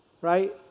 right